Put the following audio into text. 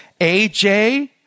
AJ